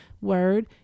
word